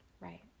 Right